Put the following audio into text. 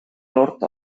lord